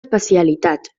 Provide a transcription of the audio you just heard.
especialitat